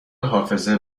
حافظه